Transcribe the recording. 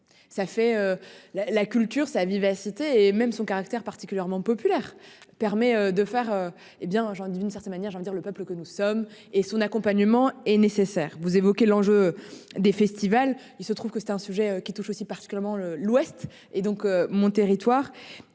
ça fait. La la culture sa vivacité et même son caractère particulièrement populaire permet de faire, hé bien j'aurais dit d'une certaine manière, je veux dire le peuple que nous sommes et son accompagnement est nécessaire, vous évoquez l'enjeu des festivals. Il se trouve que c'est un sujet qui touche aussi particulièrement l'ouest et donc mon territoire